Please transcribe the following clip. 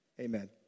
Amen